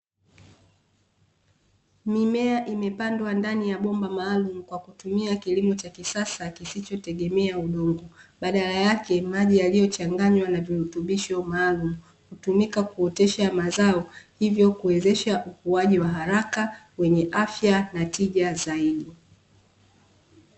Mimea imepandwa ndani ya bomba maalumu kwa kutumia kilimo cha kisasa kisichotegemea udongo, badala yake maji yaliyochanganywa na virutubisho maalumu, hutumika kuotesha mazao hivyo kuwezesha ukuaji wa haraka wenye afya na tija zaidi.